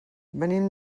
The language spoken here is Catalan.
venim